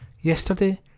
Yesterday